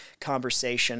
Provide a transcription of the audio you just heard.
conversation